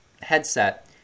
headset